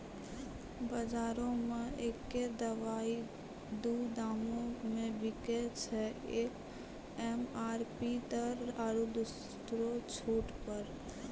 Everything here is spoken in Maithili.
बजारो मे एक्कै दवाइ दू दामो मे बिकैय छै, एक एम.आर.पी दर आरु दोसरो छूट पर